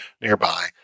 nearby